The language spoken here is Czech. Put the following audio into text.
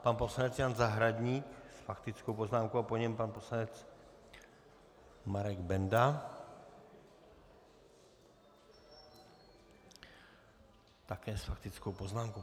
Pan poslanec Jan Zahradník s faktickou poznámkou a po něm pan poslanec Marek Benda také s faktickou poznámkou.